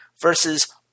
versus